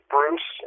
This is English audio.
Bruce